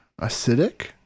acidic